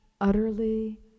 utterly